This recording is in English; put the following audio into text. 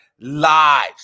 lives